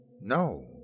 No